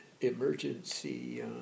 emergency